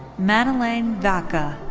madeleyne vaca,